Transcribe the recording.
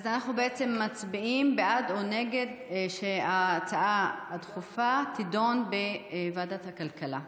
אז אנחנו בעצם מצביעים בעד או נגד שההצעה הדחופה תידון בוועדת הכלכלה.